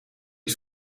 die